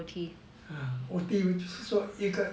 ah O_T 就是说一个